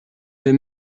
vais